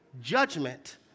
judgment